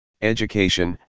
education